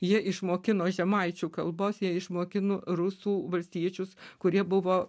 jie išmokino žemaičių kalbos jie išmokino rusų valstiečius kurie buvo